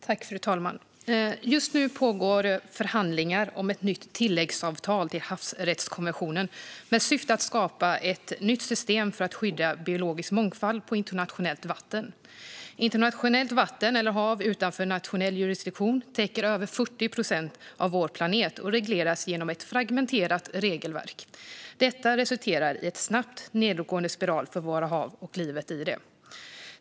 Fru talman! Just nu pågår förhandlingar om ett nytt tilläggsavtal till havsrättskonventionen med syfte att skapa ett nytt system för att skydda biologisk mångfald på internationellt vatten. Internationellt vatten eller hav utanför nationell jurisdiktion täcker över 40 procent av vår planet och regleras genom ett fragmenterat regelverk. Detta resulterar i en snabbt nedåtgående spiral för våra hav och livet i dem.